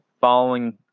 following